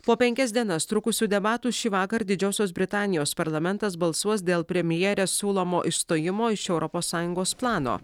po penkias dienas trukusių debatų šįvakar didžiosios britanijos parlamentas balsuos dėl premjerės siūlomo išstojimo iš europos sąjungos plano